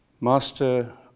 master